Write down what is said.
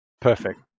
Perfect